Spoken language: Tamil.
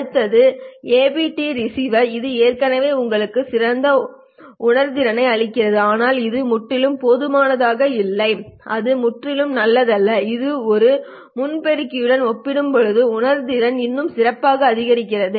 அடுத்தது ஏபிடி ரிசீவர் இது ஏற்கனவே உங்களுக்கு சிறந்த உணர்திறனை அளிக்கிறது ஆனால் அது முற்றிலும் போதுமானதாக இல்லை அது முற்றிலும் நல்லதல்ல இது ஒரு முன் பெருக்கியுடன் ஒப்பிடும்போது உணர்திறனை இன்னும் சிறப்பாக அதிகரிக்கிறது